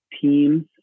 teams